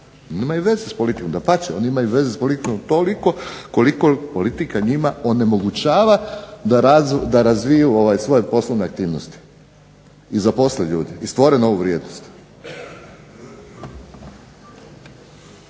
imaju veze s politikom, dapače oni imaju veze s politikom toliko koliko politika njima onemogućava da razviju svoje poslovne aktivnosti i zaposle ljude i stvore novu vrijednost.